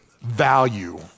value